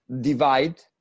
divide